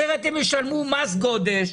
אחרת הם ישלמו מס גודש,